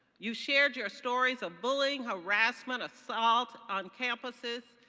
you shared your stories of bullying, harassment, assault on campuses.